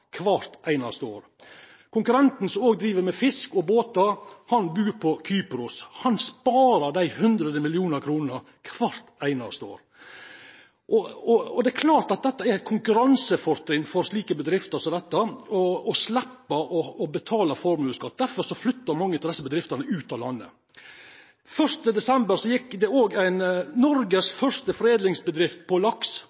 kvart einaste år. Konkurrenten, som òg driv med fisk og båtar, bur på Kypros. Han sparar 100 mill. kr kvart einaste år. Det er klart at det er eit konkurransefortrinn for bedrifter som dette å sleppa å betala formuesskatt. Derfor flyttar mange av desse bedriftene ut av landet. Noregs første foredlingsbedrift innan oppdrettslaks, 60 år gammal, gjekk